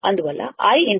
అందువల్ల i ∞